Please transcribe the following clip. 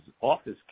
office